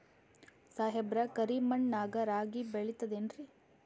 ಸಾಹೇಬ್ರ, ಕರಿ ಮಣ್ ನಾಗ ರಾಗಿ ಬೆಳಿತದೇನ್ರಿ?